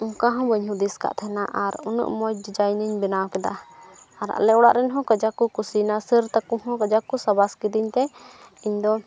ᱚᱱᱠᱟ ᱦᱚᱸ ᱵᱟᱹᱧ ᱦᱩᱫᱤᱥ ᱟᱠᱟᱫ ᱛᱟᱦᱮᱱᱟ ᱟᱨ ᱩᱱᱟᱹᱜ ᱢᱚᱡᱽ ᱰᱤᱡᱟᱭᱤᱱᱤᱧ ᱵᱮᱱᱟᱣ ᱠᱮᱫᱟ ᱟᱨ ᱟᱞᱮ ᱚᱲᱟᱜ ᱨᱮᱱ ᱦᱚᱸ ᱠᱟᱡᱟᱠ ᱠᱚ ᱠᱩᱥᱤᱭᱮᱱᱟ ᱥᱟᱨ ᱛᱟᱠᱚ ᱦᱚᱸ ᱠᱟᱡᱟᱠ ᱠᱚ ᱥᱟᱵᱟᱥ ᱠᱤᱫᱤᱧᱛᱮ ᱤᱧᱫᱚ